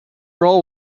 role